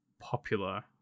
popular